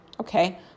Okay